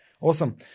Awesome